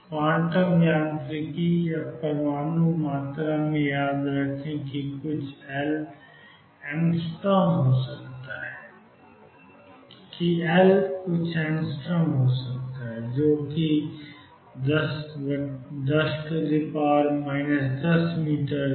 quantum यांत्रिकी या परमाणु मात्रा में याद रखें कि एल कुछ एंगस्ट्रॉम हो सकता है जो कुछ 10 10 मीटर है